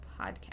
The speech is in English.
Podcast